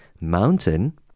mountain